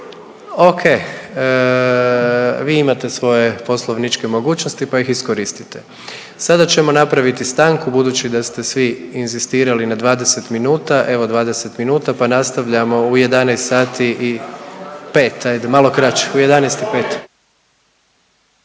O.k. Vi imate svoje poslovničke mogućnosti pa ih iskoristite. Sada ćemo napraviti stanku budući da ste svi inzistirali na 20 minuta, evo 20 minuta pa nastavljamo u 11